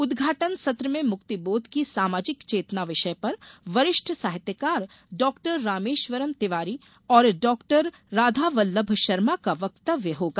उद्घाटन सत्र में मुक्तिबोध की सामाजिक चेतना विषय पर वरिष्ठ साहित्यकार डॉ रामेश्वरम् तिवारी और डॉ राधावल्लभ शर्मा का वक्तव्य होगा